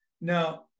Now